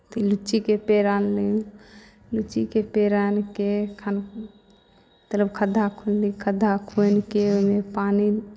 लुच्चीके पेड़ आनली लुच्चीके पेड़ आनि कऽ तब खद्धा खुनली खद्धा खूनि कऽ ओहिमे पानि